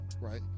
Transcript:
right